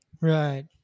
Right